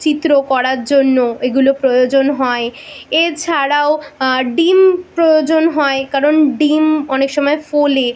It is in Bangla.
চিত্র করার জন্য এগুলো প্রয়োজন হয় এছাড়াও ডিম প্রয়োজন হয় কারণ ডিম অনেক সময় ফোলে